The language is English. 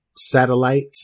satellite